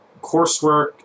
coursework